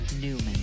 newman